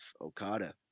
Okada